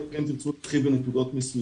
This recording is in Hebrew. אלא אם כן תרצו להתחיל בנקודות מסוימות.